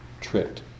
tricked